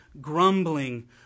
grumbling